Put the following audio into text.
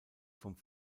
vom